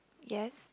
yes